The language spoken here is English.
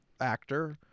actor